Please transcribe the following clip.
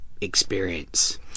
experience